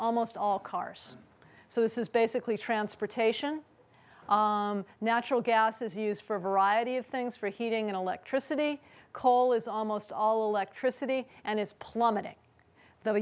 almost all cars so this is basically transportation natural gas is used for a variety of things for heating and electricity coal is almost all electricity and it's plummeting the